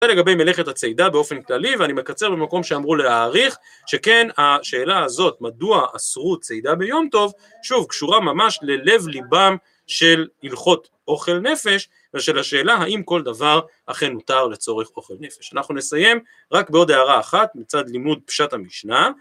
זה לגבי מלכאת הצידה באופן כללי, ואני מקצר במקום שאמרו להאריך, שכן השאלה הזאת מדוע אסרו צידה ביום טוב, שוב, קשורה ממש ללב ליבם של הלכות אוכל נפש, ושל השאלה האם כל דבר אכן מותר לצורך אוכל נפש. אנחנו נסיים רק בעוד הערה אחת, מצד לימוד פשט המשנה,